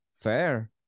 fair